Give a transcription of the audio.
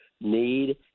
need